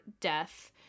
death